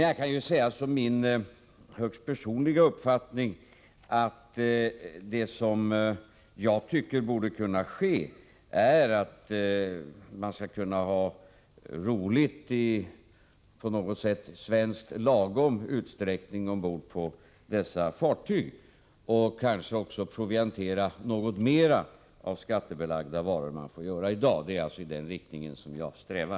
Jag kan säga, som min högst personliga uppfattning, att det borde vara möjligt att ha roligt — i ”svenskt lagom” utsträckning — ombord på dessa fartyg och kanske också att proviantera något mera av skattebelagda varor än man får göra i dag. Det är alltså i den riktningen som jag strävar.